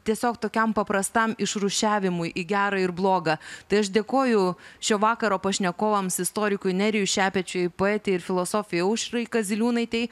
tiesiog tokiam paprastam išrūšiavimui į gera ir bloga tai aš dėkoju šio vakaro pašnekovams istorikui nerijui šepečiui poetei ir filosofijai aušrai kaziliūnaitei